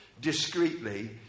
discreetly